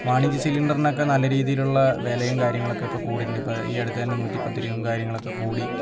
വാണിജ്യ സിലിണ്ടറിനൊക്കെ നല്ല രീതിയിലുള്ള വിലയും കാര്യങ്ങളൊക്കെ ഇപ്പം കൂടിയിട്ടുണ്ട് ഇപ്പം ഈ അടുത്ത് തന്നെ നൂറ്റി പത്ത് രൂപയും കാര്യങ്ങളൊക്കെ കൂടി